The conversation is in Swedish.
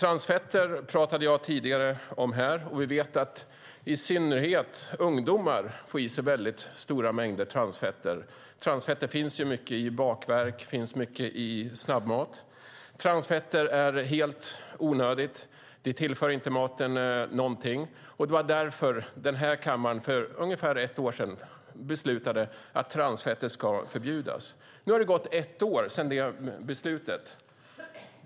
Jag pratade tidigare om transfetter. Vi vet att i synnerhet ungdomar får i sig väldigt stora mängder transfetter. Det finns mycket transfetter i bakverk och snabbmat. Transfetter är helt onödigt. Det tillför inte maten någonting. Det var därför den här kammaren för ungefär ett år sedan beslutade att transfetter ska förbjudas. Nu har det gått ett år sedan det beslutet.